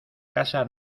casa